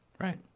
Right